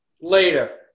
later